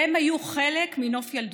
והם היו חלק מנוף ילדותי.